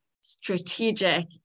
strategic